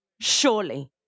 Surely